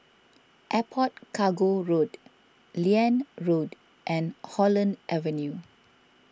Airport Cargo Road Liane Road and Holland Avenue